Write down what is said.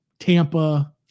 Tampa